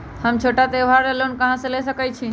हम छोटा त्योहार ला लोन कहां से ले सकई छी?